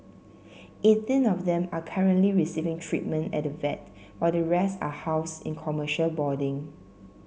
eighteen of them are currently receiving treatment at the vet while the rest are housed in commercial boarding